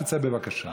תצא, בבקשה.